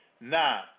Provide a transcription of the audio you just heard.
Now